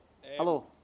Hello